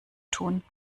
tun